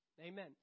Amen